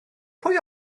pwy